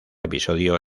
episodio